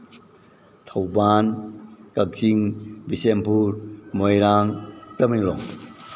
Thoubal Kakching Bishenpur Moirang Tamenglong